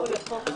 הוועדה.